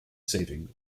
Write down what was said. saving